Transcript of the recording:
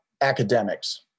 academics